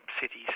cities